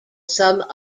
some